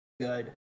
good